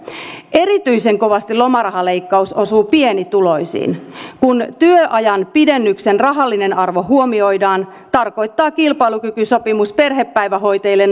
erityisen kovasti lomarahaleikkaus osuu pienituloisiin kun työajan pidennyksen rahallinen arvo huomioidaan tarkoittaa kilpailukykysopimus perhepäivähoitajalle